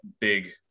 big